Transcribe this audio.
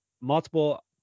multiple